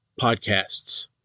podcasts